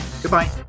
Goodbye